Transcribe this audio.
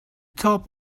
top